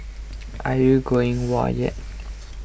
are you going whoa yet